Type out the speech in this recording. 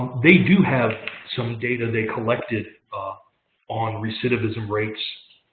they do have some data they collected ah on recidivism rates,